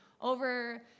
Over